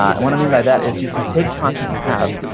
and what i mean by that is you can take content you have,